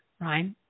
Right